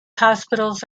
hospitals